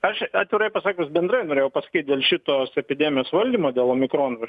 aš atvirai pasakius bendrai norėjau pasakyt dėl šitos epidemijos valdymo dėl omikrono